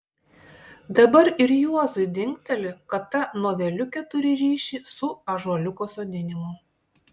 dabar ir juozui dingteli kad ta noveliukė turi ryšį su ąžuoliuko sodinimu